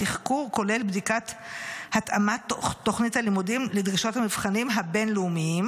התחקור כולל בדיקת התאמת תוכנית הלימודים לדרישות המבחנים הבין-לאומיים,